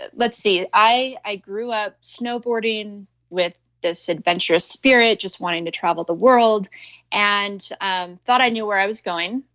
ah let's see. i i grew up snowboarding with this adventurous spirit, just wanting to travel the world and um thought i knew where i was going.